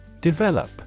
Develop